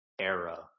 era